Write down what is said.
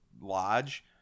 lodge